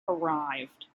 arrived